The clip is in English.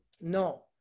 no